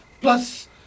plus